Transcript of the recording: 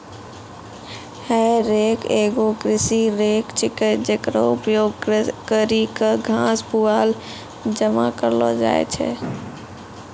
हे रेक एगो कृषि रेक छिकै, जेकरो उपयोग करि क घास, पुआल जमा करलो जाय छै